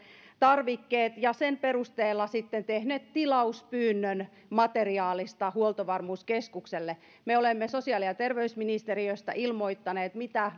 tarvikkeet ja sen perusteella sitten tehneet tilauspyynnön materiaalista huoltovarmuuskeskukselle me olemme sosiaali ja terveysministeriöstä ilmoittaneet mitä